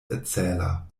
erzähler